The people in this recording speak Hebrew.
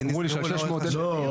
אמרו לי שעל 600,000 --- לא.